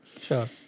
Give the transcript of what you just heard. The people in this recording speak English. Sure